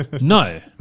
no